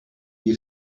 you